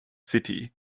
city